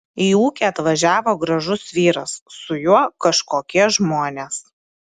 į ūkį atvažiavo gražus vyras su juo kažkokie žmonės